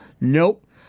Nope